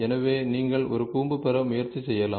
எனவே நீங்கள் ஒரு கூம்பு பெற முயற்சி செய்யலாம்